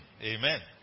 Amen